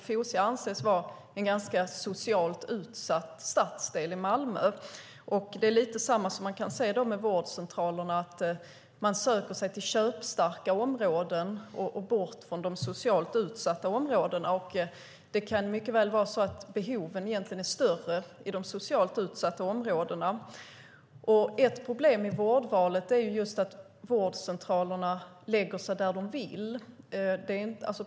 Fosie anses vara en ganska socialt utsatt stadsdel i Malmö, och det är lite samma sak med vårdcentralerna, att man söker sig till köpstarka områden och bort från de socialt utsatta områdena, fast behoven mycket väl kan vara större i de socialt utsatta områdena. Ett problem med vårdvalet är just att vårdcentralerna etablerar sig där de vill.